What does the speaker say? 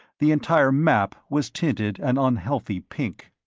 the entire map was tinted an unhealthy pink.